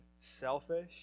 selfish